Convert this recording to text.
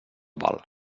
val